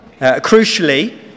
Crucially